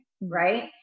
right